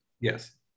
Yes